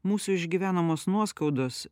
mūsų išgyvenamos nuoskaudos